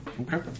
Okay